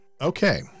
Okay